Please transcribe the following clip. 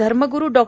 धर्मग्रू डॉ